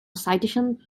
citation